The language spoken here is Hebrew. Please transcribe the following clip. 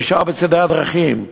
נשארה בצדי הדרכים.